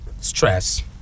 stress